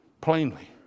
plainly